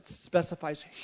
specifies